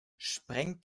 sprengt